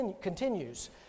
continues